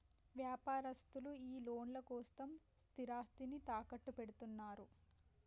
వ్యాపారస్తులు ఈ లోన్ల కోసం స్థిరాస్తిని తాకట్టుపెడ్తరు